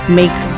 make